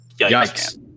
yikes